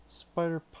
spider